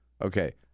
Okay